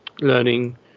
learning